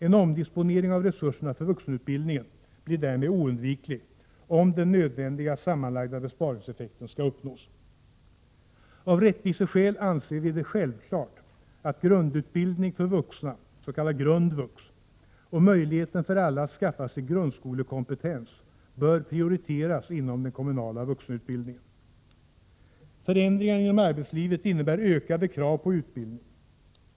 En omdisponering av resurserna för vuxenutbildningen blir därmed oundviklig, om den nödvändiga sammanlagda besparingseffekten skall uppnås. Av rättviseskäl anser vi det självklart att grundutbildning för vuxna, s.k. grundvux, och möjligheten för alla att skaffa sig grundskolekompetens bör prioriteras inom den kommunala vuxenutbildningen. Förändringar inom arbetslivet innebär ökade krav på utbildning.